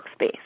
workspace